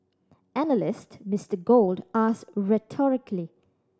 analyst Mister Gold asked rhetorically